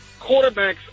quarterbacks